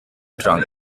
trunk